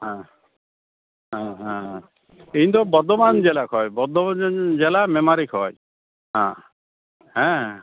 ᱦᱮᱸ ᱦᱮᱸ ᱦᱮᱸ ᱤᱧ ᱫᱚ ᱵᱚᱨᱫᱷᱚᱢᱟᱱ ᱡᱮᱞᱟ ᱠᱷᱚᱱ ᱵᱚᱨᱫᱷᱚᱢᱟᱱ ᱡᱮᱞᱟ ᱢᱮᱢᱟᱨᱤ ᱠᱷᱚᱱ ᱦᱮᱸ ᱦᱮᱸ